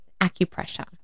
acupressure